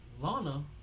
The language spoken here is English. Lana